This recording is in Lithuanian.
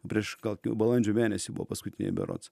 prieš gal balandžio mėnesį buvo paskutiniai berods